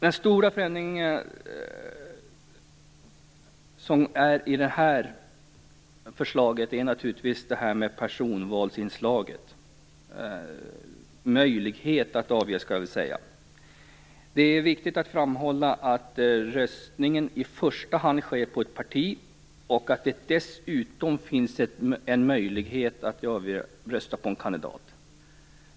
Den stora förändringen i det här förslaget är naturligtvis möjligheten till ett personvalsinslag. Det är viktigt att framhålla att röstningen i första hand sker på ett parti och att det dessutom finns en möjlighet att rösta på en kandidat.